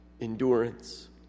Endurance